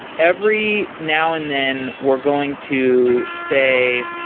every now and then, we're going to say,